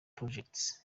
projects